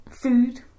Food